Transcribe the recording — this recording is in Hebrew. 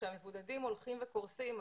כשהמבודדים הולכים וקורסים,